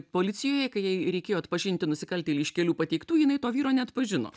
policijoj kai jai reikėjo atpažinti nusikaltėlį iš kelių pateiktų jinai to vyro neatpažino